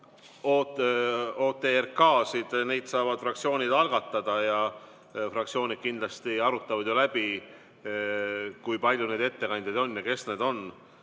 OTRK‑sid saavad fraktsioonid algatada ja fraktsioonid kindlasti arutavad ju läbi, kui palju ettekandjaid on ja kes need on.